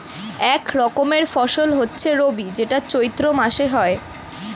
এক রকমের ফসল হচ্ছে রবি যেটা চৈত্র মাসে হয়